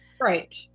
Right